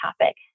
topic